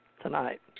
tonight